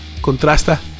contrasta